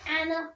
Anna